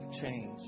change